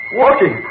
walking